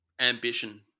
ambition